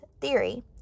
theory